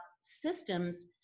systems